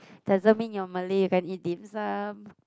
doesn't mean you're Malay if you eat Dim Sum